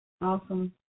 Awesome